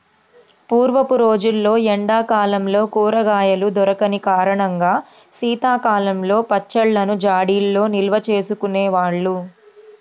పూర్వపు రోజుల్లో ఎండా కాలంలో కూరగాయలు దొరికని కారణంగా శీతాకాలంలో పచ్చళ్ళను జాడీల్లో నిల్వచేసుకునే వాళ్ళు